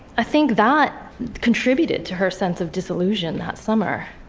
i think that contributed to her sense of disillusion that summer.